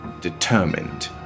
Determined